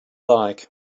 like